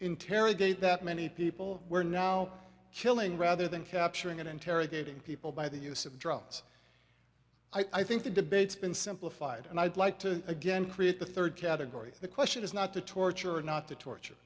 interrogate that many people we're now killing rather than capturing and interrogating people by the use of drones i think the debates been simplified and i'd like to again create the third category the question is not to torture or not to torture